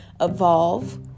evolve